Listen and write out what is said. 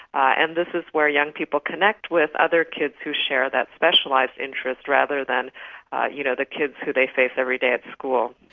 and this is where young people connect with other kids who share that specialised interest rather than you know the kids who they face every day at school.